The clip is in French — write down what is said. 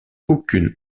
aucune